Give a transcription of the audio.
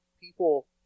People